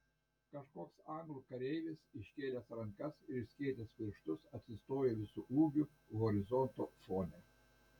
kažkoks anglų kareivis iškėlęs rankas ir išskėtęs pirštus atsistojo visu ūgiu horizonto fone